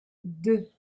deux